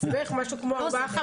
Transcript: זה בערך משהו כמו 4%-5%.